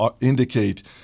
indicate